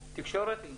תקשורת?